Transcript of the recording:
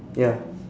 ya